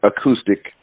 acoustic